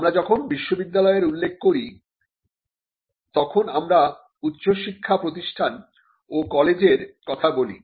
আমরা যখন বিশ্ববিদ্যালয়ের উল্লেখ করি তখন আমরা উচ্চশিক্ষা প্রতিষ্ঠান ও কলেজের কথা বলি